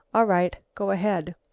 all right, go ahead.